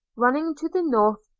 running to the north,